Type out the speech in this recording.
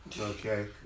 okay